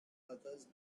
others